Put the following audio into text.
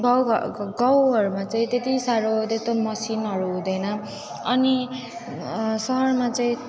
गाउँघ गाउँघरमा चाहिँ त्यति साह्रो त्यत्रो मसिनहरू हुँदैन अनि सहरमा चाहिँ